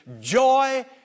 joy